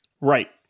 Right